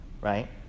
Right